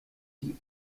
die